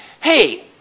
Hey